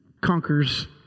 conquers